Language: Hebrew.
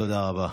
תודה רבה.